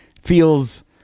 feels